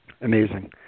Amazing